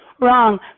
Wrong